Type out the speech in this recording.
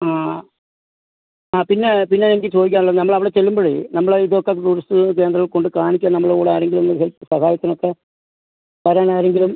ആ ആ പിന്നെ പിന്നെ എനിക്ക് ചോദിക്കാനുള്ളത് നമ്മൾ അവിടെ ചെല്ലുമ്പോഴേ നമ്മളെ ഇതൊക്കെ ടൂറിസ്റ്റ് കേന്ദ്രം കൊണ്ട് കാണിക്കാൻ നമ്മളെ കൂടെ ആരെങ്കിലും ഒന്ന് ഹെൽപ്പ് സഹായത്തിനൊക്കെ വരാൻ ആരെങ്കിലും